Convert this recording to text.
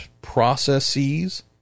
processes